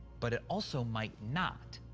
but it also might not.